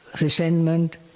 resentment